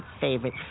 favorite